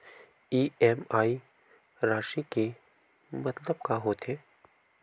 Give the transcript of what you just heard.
EMI राशि के मतलब का होथे?